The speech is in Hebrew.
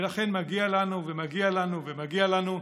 ולכן מגיע לנו ומגיע לנו ומגיע לנו,